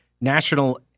national –